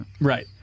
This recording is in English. Right